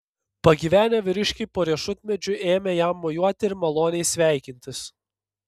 pagyvenę vyriškiai po riešutmedžiu ėmė jam mojuoti ir maloniai sveikintis